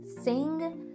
sing